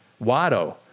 Watto